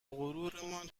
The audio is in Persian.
غرورمان